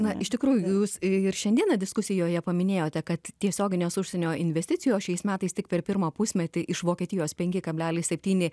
na iš tikrųjų jūs ir šiandieną diskusijoje paminėjote kad tiesioginės užsienio investicijos šiais metais tik per pirmą pusmetį iš vokietijos penki kablelis septyni